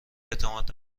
اعتماد